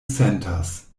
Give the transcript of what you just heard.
sentas